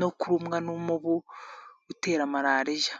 no kurumwa n'umubu utera malariya.